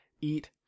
eat